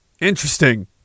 Interesting